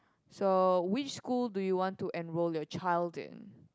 so which school do you want to enroll your child in